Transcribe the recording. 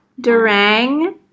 Durang